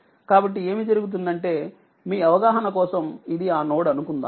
కాబట్టి ఏమి జరుగుతుందంటే మీ అవగాహన కోసం ఇది ఆ నోడ్ అనుకుందాం